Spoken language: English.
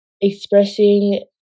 expressing